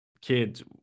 kids